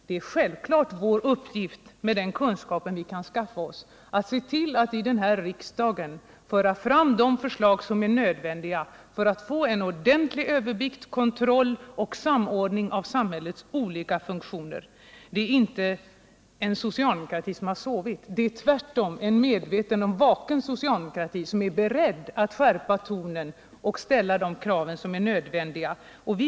Det är självfallet vår uppgift att med den kunskap vi kan skaffa oss i riksdagen föra fram de förslag som är nödvändiga för att få en överblick och kontroll och en samordning av samhällets olika kontrollfunktioner och Socialdemokratin har inte sovit. Det är tvärtom en medveten och vaken socialdemokrati som är beredd att skärpa tonen och ställa de krav som är nödvändiga.